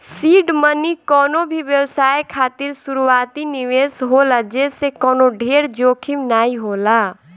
seed money कवनो भी व्यवसाय खातिर शुरूआती निवेश होला जेसे कवनो ढेर जोखिम नाइ होला